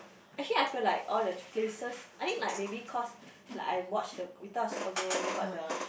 actually I feel like all the places I think like maybe cause like I watch the Return of the Superman then got the